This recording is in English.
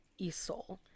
Isol